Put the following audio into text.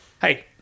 Hey